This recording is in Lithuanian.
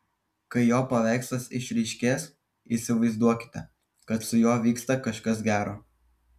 kai jo paveikslas išryškės įsivaizduokite kad su juo vyksta kažkas gero